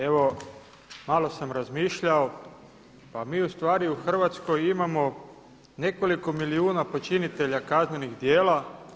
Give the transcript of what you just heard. Evo malo sam razmišljao, pa mi ustvari u Hrvatskoj imamo nekoliko milijuna počinitelja kaznenih djela.